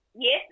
yes